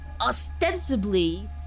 ostensibly